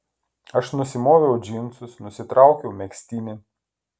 aš nusimoviau džinsus nusitraukiau megztinį